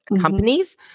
companies